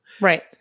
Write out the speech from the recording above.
Right